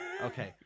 Okay